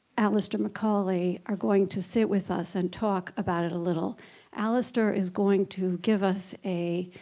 alastair macaulay are going to sit with us and talk about it a little alastair is going to give us a